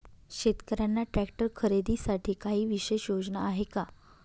शेतकऱ्यांना ट्रॅक्टर खरीदीसाठी काही विशेष योजना आहे का?